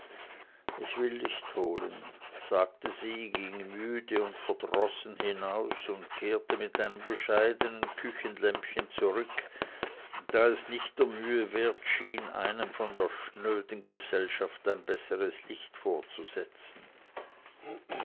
ich will licht holen sagte sie ging müde und verdrossen hinaus und kehrte mit einem bescheidenen küchenlämpchen zurück da es nicht der mühe wert schien einem von der schnöden gesellschaft ein besseres licht vorzusetzen